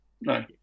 no